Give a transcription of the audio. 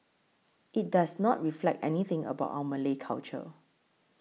it does not reflect anything about our Malay culture